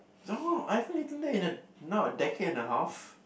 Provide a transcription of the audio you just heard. no I haven't eaten that in a now a decade and a half